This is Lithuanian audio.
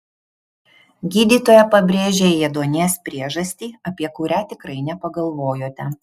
gydytoja pabrėžė ėduonies priežastį apie kurią tikrai nepagalvojote